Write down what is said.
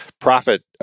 profit